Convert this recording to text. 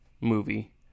movie